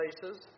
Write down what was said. places